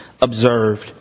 Observed